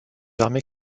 armées